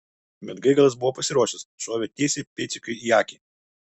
bet gaigalas buvo pasiruošęs šovė tiesiai pėdsekiui į akį